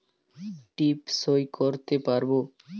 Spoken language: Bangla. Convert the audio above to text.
টিপ সই করতে পারবো?